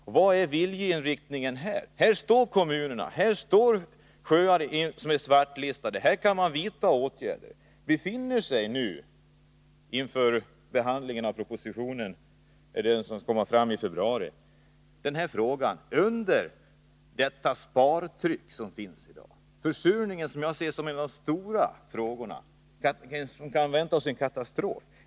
Och vilken är viljeinriktningen? Där är kommunerna med sina sjöar, som är svartlistade. Där kan man vidta åtgärder. Befinner sig nu, inför behandlingen av den proposition som skall komma i februari, den här frågan under det spartryck som finns i dag? Jag ser försurningen som ett av de stora problem som kan sluta med en katastrof.